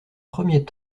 premier